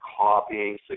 copying